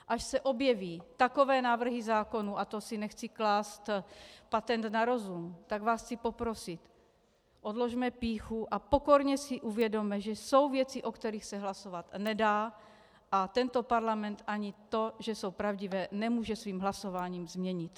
Až se objeví takové návrhy zákonů, a to si nechci klást patent na rozum, tak vás chci poprosit, odložme pýchu a pokorně si uvědomme, že jsou věci, o kterých se hlasovat nedá a tento parlament ani to, že jsou pravdivé, nemůže svým hlasováním změnit.